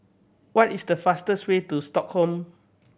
what is the fastest way to Stockholm